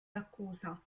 accusa